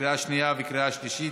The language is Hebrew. בקריאה שנייה וקריאה שלישית.